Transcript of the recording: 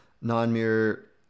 non-mirror